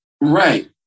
Right